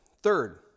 Third